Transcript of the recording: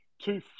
Two